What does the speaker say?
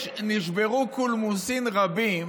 נשברו קולמוסין רבים